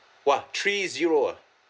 !wah! three zero ah